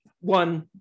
one